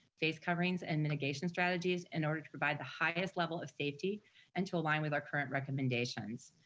face coverings and mitigation strategies, in order to provide the highest level of safety and to align with our current recommendations.